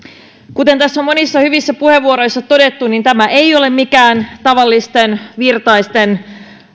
kuten tässä on monissa hyvissä puheenvuoroissa todettu tämä ei ole mikään tavallisten virtasten